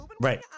right